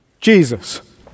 Jesus